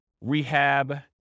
rehab